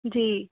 ਜੀ